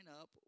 up